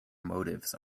motives